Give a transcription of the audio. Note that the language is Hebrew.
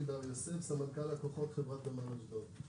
אני אלי בר יוסף, סמנכ"ל לקוחות, חברת נמל אשדוד.